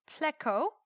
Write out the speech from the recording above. Pleco